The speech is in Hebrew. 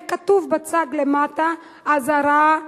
יהיה כתוב בצד למטה: אזהרה,